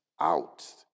out